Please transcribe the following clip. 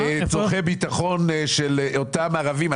לצורכי ביטחון של אותם ערבים.